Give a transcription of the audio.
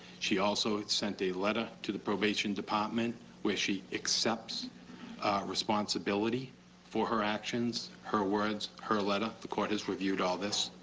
she also sent a letter to the probation department where she accepts responsibility for her actions, her words, her letter. the court has reviewed all of this.